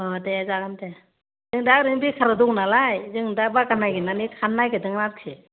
अ दे जागोन दे जों दा ओरैनो बेखाराव दङ नालाय जों दा बागान नागेरनानै खानो नागेरदों आरोखि